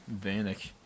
Vanek